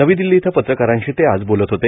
नवी दिल्ली इथं पत्रकारांशी ते बोलत होते